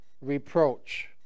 reproach